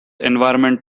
environment